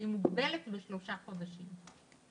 שהיא מוגבלת לשלושה חודשים.